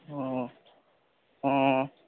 অঁ অঁ